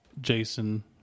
Jason